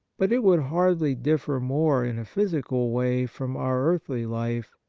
but it would hardly differ more in a physical way from our earthly life,